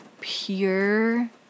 pure